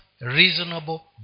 reasonable